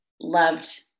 loved